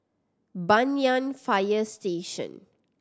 Banyan Fire Station